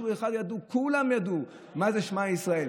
כולם ידעו מה זה שמע ישראל,